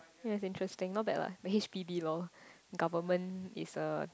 yea interesting not bad la the H_P_B loh government is a